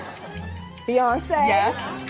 beyonce. yes.